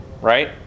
right